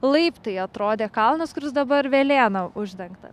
laiptai atrodė kalnas kuris dabar velėna uždengtas